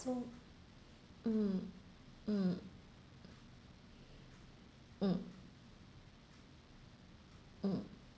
so mm mm mm mm